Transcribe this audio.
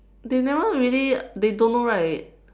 they never really they don't know right